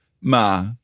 ma